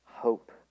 hope